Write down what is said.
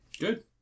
Good